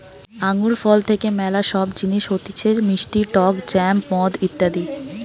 আঙ্গুর ফল থেকে ম্যালা সব জিনিস হতিছে মিষ্টি টক জ্যাম, মদ ইত্যাদি